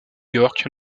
york